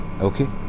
Okay